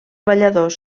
balladors